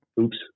oops